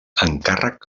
encàrrec